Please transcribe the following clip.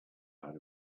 out